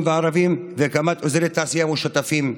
והערביים ולהקמת אזורי תעשייה משותפים.